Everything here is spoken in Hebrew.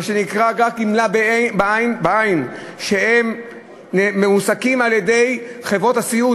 מה שנקרא "גמלה בעין" שהם מועסקים על-ידי חברות הסיעוד,